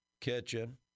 Kitchen